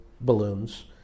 balloons